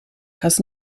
has